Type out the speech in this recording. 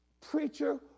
Preacher